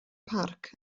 parc